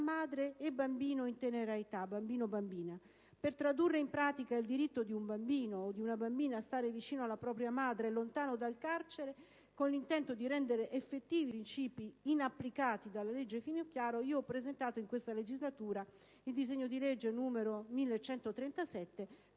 madre e bambino o bambina in tenera età. Per tradurre in pratica il diritto di un bambino o di una bambina a stare vicino alla propria madre lontano dal carcere con l'intento di rendere effettivi i principi inapplicati della legge Finocchiaro, ho presentato in questa legislatura il disegno di legge n. 1137,